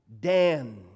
Dan